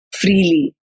freely